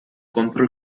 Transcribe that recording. contro